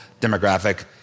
demographic